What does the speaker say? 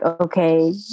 okay